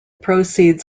proceeds